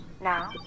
Now